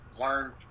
learn